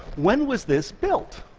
when was this built?